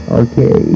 Okay